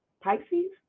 Pisces